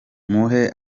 muhe